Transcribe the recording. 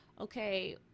okay